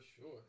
sure